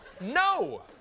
No